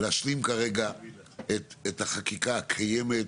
ולהשלים כרגע את החקיקה הקיימת,